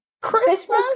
Christmas